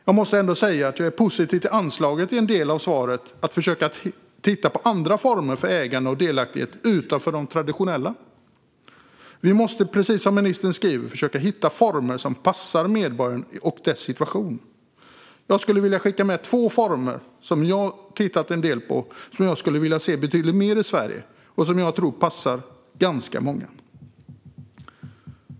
Jag måste ändå säga att jag är positiv till anslaget i en del av svaret - att försöka titta på andra former för ägande och delaktighet utanför de traditionella. Vi måste, precis som ministern skriver, försöka hitta former som passar medborgaren och dess situation. Jag skulle vilja skicka med två former som jag har tittat på en del, som jag skulle vilja se betydligt mer i Sverige och som jag tror passar ganska många.